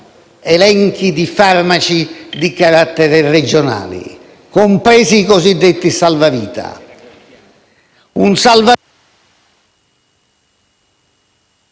elenchi di farmaci di carattere regionale, compresi i cosiddetti salvavita.